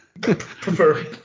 Prefer